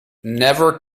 never